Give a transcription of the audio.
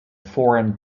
foreign